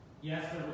Yes